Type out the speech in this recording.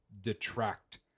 detract